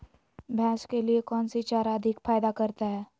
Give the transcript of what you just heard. भैंस के लिए कौन सी चारा अधिक फायदा करता है?